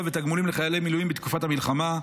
ותגמולים לחיילי מילואים בתקופת המלחמה: